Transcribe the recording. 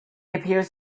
appears